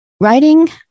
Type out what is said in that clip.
Writing